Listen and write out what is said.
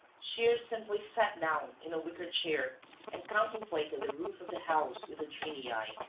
shears simply sat down in a wicker chair and contemplated the roof of the house with a dreamy eye.